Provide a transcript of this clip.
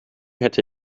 hätte